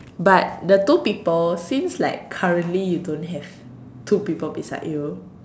but the two people since like currently you don't have two people beside you